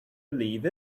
believe